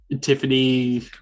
Tiffany